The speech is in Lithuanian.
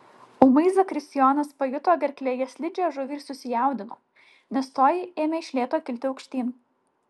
ūmai zakristijonas pajuto gerklėje slidžią žuvį ir susijaudino nes toji ėmė iš lėto kilti aukštyn